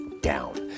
down